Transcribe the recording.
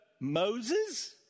Moses